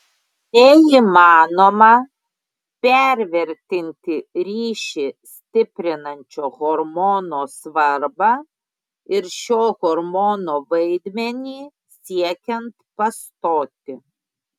neįmanoma pervertinti ryšį stiprinančio hormono svarbą ir šio hormono vaidmenį siekiant pastoti